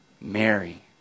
Mary